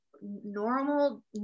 normal